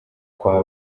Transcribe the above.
kwa